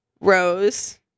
Rose